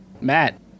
Matt